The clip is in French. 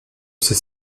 ses